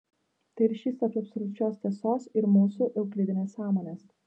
tai ryšys tarp absoliučios tiesos ir mūsų euklidinės sąmonės